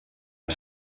are